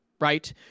right